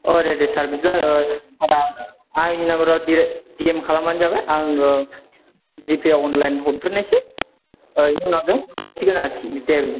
औ दे दे सार बिदिब्ला सारा आंनि नाम्बाराव डिएम डिएम खालामब्लानो जाबाय आं जिपेआव अनलाइन हरग्रोनायसै बेनि उनावनो हरसिगोन आरखि दे